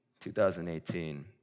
2018